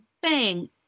bang